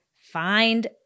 find